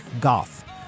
goth